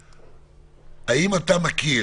האם אתה מכיר?